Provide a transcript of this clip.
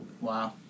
Wow